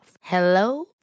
Hello